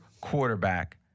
quarterback